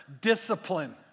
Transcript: Discipline